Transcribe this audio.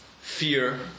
fear